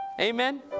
Amen